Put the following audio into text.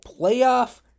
playoff